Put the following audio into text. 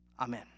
Amen